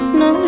no